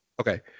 Okay